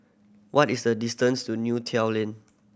what is the distance to Neo Tiew Lane